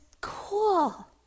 cool